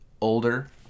older